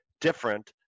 different